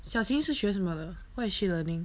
xiao qing 是学什么的 what is she learning